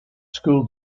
school